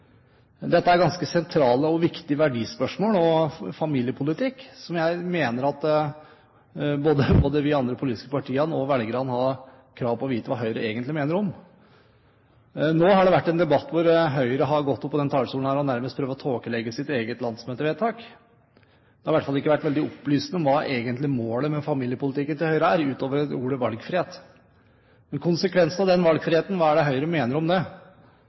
Dette er ganske sentrale og viktige verdispørsmål, og en familiepolitikk som jeg mener at både de andre politiske partiene og velgerne har krav på å vite hva Høyre egentlig mener om. Nå har det vært en debatt hvor Høyre har gått opp på denne talerstolen og nærmest prøvd å tåkelegge sitt eget landsmøtevedtak. Det har i hvert fall ikke vært veldig opplysende hva målet egentlig er med Høyres familiepolitikk, utover ordet «valgfrihet». Hva mener Høyre om konsekvensene av den valgfriheten? Hva er det ved det